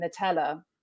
nutella